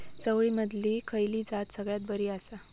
चवळीमधली खयली जात सगळ्यात बरी आसा?